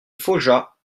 faujas